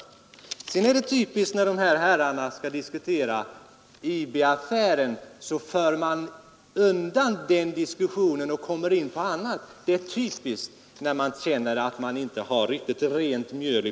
Slutligen är det typiskt att när herrarna diskuterar IB-affären för ni undan diskussionen om den saken och kommer in på annat. Det är typiskt att göra så, när man känner att man inte har riktigt rent mjöl i